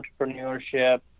entrepreneurship